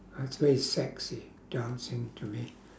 that's very sexy dancing to me